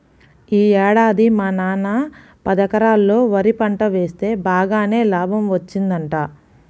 యీ ఏడాది మా నాన్న పదెకరాల్లో వరి పంట వేస్తె బాగానే లాభం వచ్చిందంట